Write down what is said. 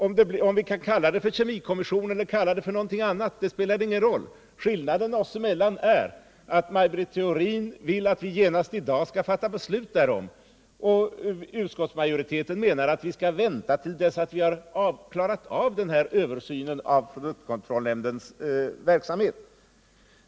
Det spelar ingen roll om vi kallar det en kemikommission eller någonting annat. Skillnaden mellan oss är att Maj Britt Theorin tycker att vi genast i dag skall fatta beslut, medan utskottsmajoriteten menar att vi bör vänta tills vi klarat av översynen av produktkontrollnämndens verksamhet.